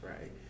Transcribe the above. right